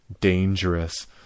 dangerous